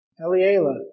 Eliela